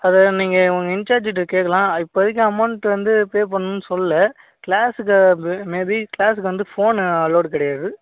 அது நீங்கள் உங்கள் இன்சார்ஜுக்கிட்ட கேட்கலாம் அது இப்போதிக்கு அமௌண்ட் வந்து பே பண்ணுன்னு சொல்லலை கிளாஸுக்கு மே பீ கிளாஸுக்கு வந்து ஃபோனு அலோடு கிடையாது